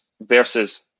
versus